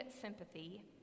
sympathy